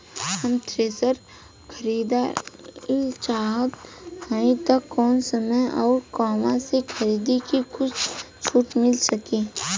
हम थ्रेसर खरीदल चाहत हइं त कवने समय अउर कहवा से खरीदी की कुछ छूट मिल सके?